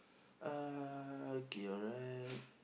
uh okay alright